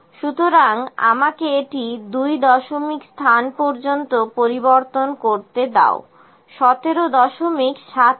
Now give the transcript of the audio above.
সুতরাং আমাকে এটি 2 দশমিক স্থান পর্যন্ত পরিবর্তন করতে দাও 1773